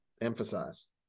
emphasize